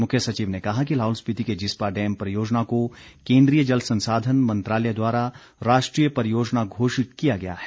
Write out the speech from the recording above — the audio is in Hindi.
मुख्य सचिव ने कहा कि लाहौल स्पिति के जिस्पा डैम परियोजना को केन्द्रीय जल संसाधन मंत्रालय द्वारा राष्ट्रीय परियोजना घोषित किया गया है